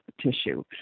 tissue